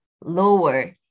lower